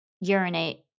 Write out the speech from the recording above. urinate